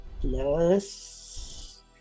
plus